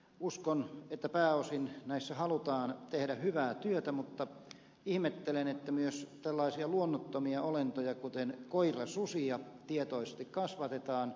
uskon että pääosin näissä halutaan tehdä hyvää työtä mut ta ihmettelen että myös tällaisia luonnottomia olentoja kuten koirasusia tietoisesti kasvatetaan